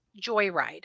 Joyride